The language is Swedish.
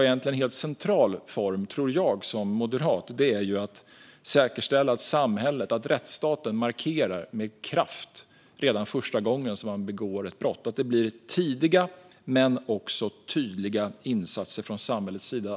En helt central form, tror jag som är moderat, är att säkerställa att samhället, rättsstaten, markerar med kraft redan första gången någon begår ett brott. Det ska bli tidiga och tydliga insatser från samhällets sida.